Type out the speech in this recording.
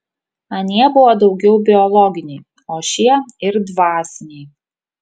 anie buvo daugiau biologiniai o šie ir dvasiniai